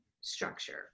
structure